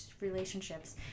relationships